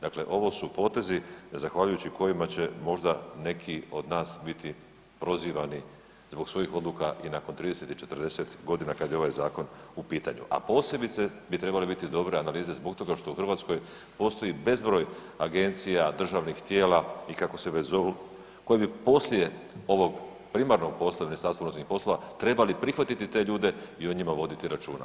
Dakle, ovo su potezi zahvaljujući kojima će možda neki od nas biti prozivani zbog svojih odluka i nakon 30 i 40.g. kad je ovaj zakon u pitanju, a posebice bi trebale biti dobre analize zbog toga što u Hrvatskoj postoji bezbroj agencija, državnih tijela i kako se već zovu, koje bi poslije ovog primarnog posla MUP-a trebali prihvatiti te ljude i o njima voditi računa.